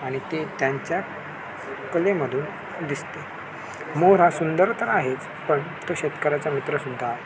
आणि ते त्यांच्या कलेमधून दिसते मोर हा सुंदर तर आहेच पण तो शेतकऱ्याचा मित्र सुद्धा आहे